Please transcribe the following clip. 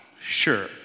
sure